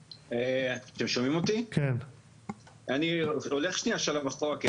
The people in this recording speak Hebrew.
אני הולך לרגע שלב אחורה.